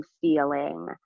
feeling